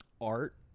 art